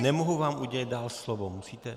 Nemohu vám udělit dál slovo, musíte...